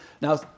Now